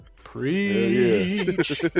preach